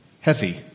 heavy